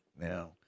now